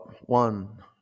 One